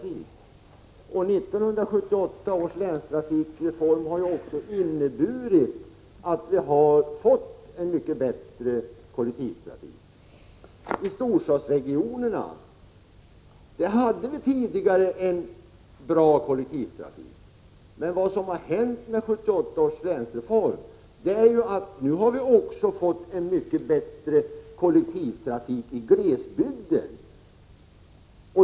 1978 års länstrafikreform har också inneburit att vi har fått en mycket bättre kollektivtrafik. I storstadsregionerna hade vi tidigare en bra kollektivtrafik, men vad som har hänt i och med 1978 års länstrafikreform är att vi har fått en mycket bättre kollektivtrafik i glesbygden.